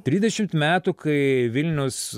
trisdešimt metų kai vilniaus